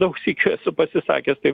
daug sykių esu pasisakęs taip